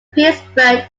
pittsburgh